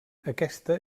aquesta